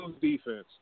defense